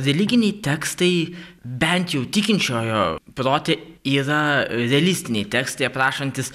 religiniai tekstai bent jau tikinčiojo prote yra realistiniai tekstai aprašantys